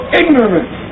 ignorance